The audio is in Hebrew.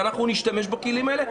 ואנחנו נשתמש בכלים האלה.